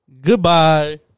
Goodbye